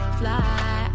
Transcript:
fly